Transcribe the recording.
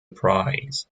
prize